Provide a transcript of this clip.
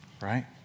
right